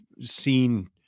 seen